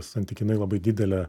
santykinai labai didelę